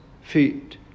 feet